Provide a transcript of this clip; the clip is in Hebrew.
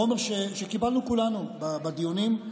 חומר שקיבלנו כולנו בדיונים,